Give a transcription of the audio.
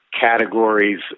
categories